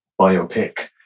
biopic